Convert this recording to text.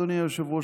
אדוני היושב-ראש,